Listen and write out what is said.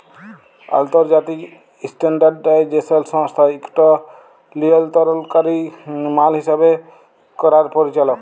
আলতর্জাতিক ইসট্যানডারডাইজেসল সংস্থা ইকট লিয়লতরলকারি মাল হিসাব ক্যরার পরিচালক